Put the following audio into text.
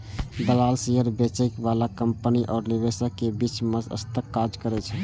दलाल शेयर बेचय बला कंपनी आ निवेशक के बीच मध्यस्थक काज करै छै